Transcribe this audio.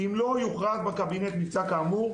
"אם לא יוכרז בקבינט על מבצע כאמור,